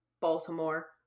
Baltimore